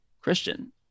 Christian